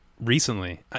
recently